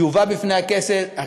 יובא לפני הכנסת,